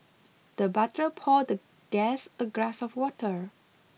the butler poured the guest a glass of water